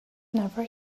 never